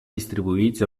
distribuïts